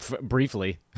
briefly